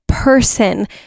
person